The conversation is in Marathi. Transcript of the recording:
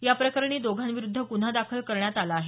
याप्रकरणी दोघांविरुद्ध गुन्हा दाखल करण्यात आला आहे